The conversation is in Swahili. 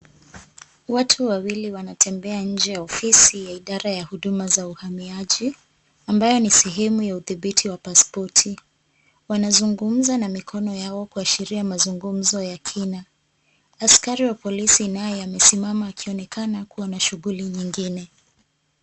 Watu wawili wanatembea nje ya ofisi ya idara ya huduma za uhamiaji ambayo ni sehemu ya udhibiti wa pasipoti, wanazungumza na mikono yao kuashiria mazungumzo ya kina. Askari wa polisi naye amesimama akionekana kuwa na shughuli nyingine.